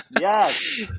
yes